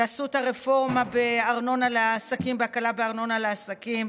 תעשו את הרפורמה בהקלה בארנונה לעסקים.